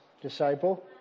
disciple